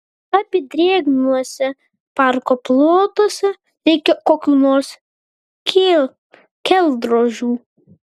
apydrėgniuose parko plotuose reikia kokių nors kelrodžių